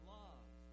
love